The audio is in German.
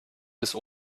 bis